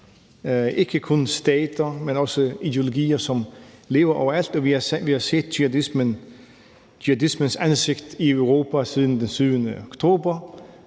ikke kun stater, men også ideologier, som lever overalt, og vi har set jihadismens ansigt i Europa siden den 7. oktober.